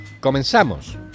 comenzamos